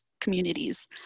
communities